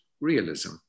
Realism